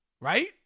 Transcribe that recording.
Right